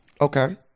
Okay